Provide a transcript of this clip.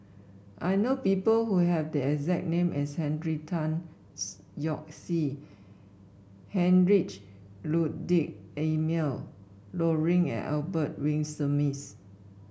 I know people who have the exact name as Henry Tan Yoke See Heinrich Ludwig Emil Luering and Albert Winsemius